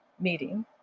meeting